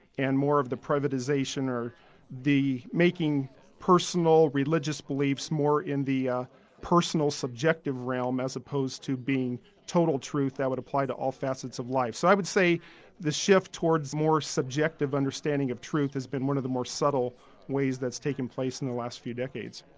and more of the privatisation or the making personal religious beliefs more in the ah personal subjective realm as opposed to being total truth that would apply to all facets of life. so i would say the shift towards more subjective understanding of truth has been one of the more subtle ways that's taken place in the last few decades.